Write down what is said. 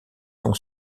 son